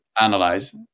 analyze